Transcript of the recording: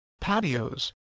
patios